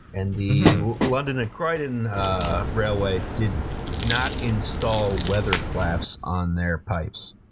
and the london and croydon railway did not install weather flaps on their pipes.